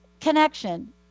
Connection